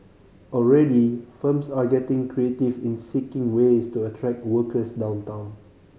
already firms are getting creative in seeking ways to attract workers downtown